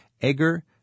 Eger